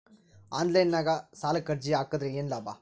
Online ನಾಗ್ ಸಾಲಕ್ ಅರ್ಜಿ ಹಾಕದ್ರ ಏನು ಲಾಭ?